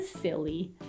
Silly